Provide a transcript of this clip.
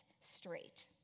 straight